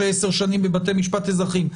שהם עשר שנים בבתי משפט אזרחיים.